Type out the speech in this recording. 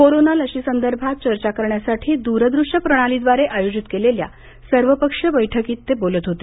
corona लशीसंबंधी चर्चा करण्यासाठी द्रद्रष्य प्रणालीद्वारे आयोजित केलेल्या सर्वपक्षीय बैठकीत ते बोलत होते